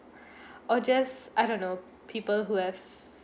or just I don't know people who have